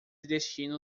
destino